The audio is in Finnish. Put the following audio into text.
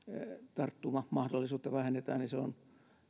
tarttumamahdollisuutta vähennetään on